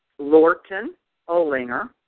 Lorton-Olinger